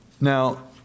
Now